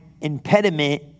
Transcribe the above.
impediment